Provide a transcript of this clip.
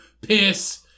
piss